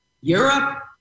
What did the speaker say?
Europe